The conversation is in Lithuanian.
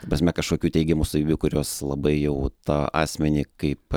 ta prasme kažkokių teigiamų savybių kurios labai jau tą asmenį kaip